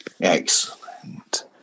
Excellent